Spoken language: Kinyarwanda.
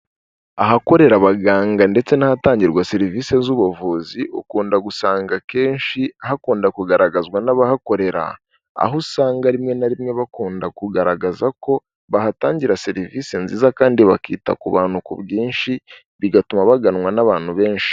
Ahakorera abaganga ndetse n'ahatangirwa serivisi z'ubuvuzi, ukunda gusanga akenshi hakunda kugaragazwa n'abahakorera, aho usanga rimwe na rimwe bakunda kugaragaza ko bahatangira serivisi nziza kandi bakita ku bantu ku bwinshi, bigatuma baganwa n'abantu benshi.